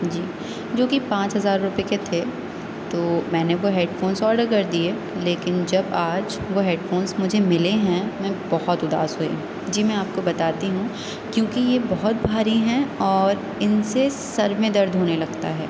جی جو کہ پانچ ہزار روپے کے تھے تو میں نے وہ ہیڈ فونس آڈر کردیے لیکن جب آج وہ ہیڈ فونس مجھے ملے ہیں میں بہت اداس ہوئی جی میں آپ کو بتاتی ہوں کیونکہ یہ بہت بھاری ہیں اور ان سے سر میں درد ہونے لگتا ہے